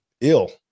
ill